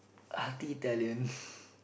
Hearty Italian